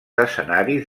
escenaris